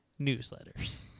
newsletters